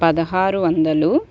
పదహారు వందలు